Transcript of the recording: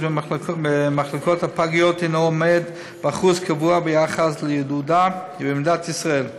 בפגיות הוא אחוז קבוע ביחס לילודה במדינת ישראל.